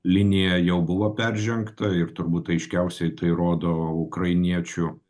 linija jau buvo peržengta ir turbūt aiškiausiai tai rodo ukrainiečių